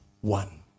One